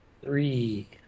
Three